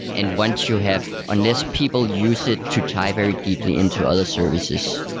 and once you have unless people use it to tie very deeply into other services,